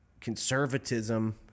conservatism